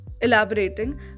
Elaborating